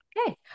okay